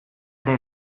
ere